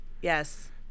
Yes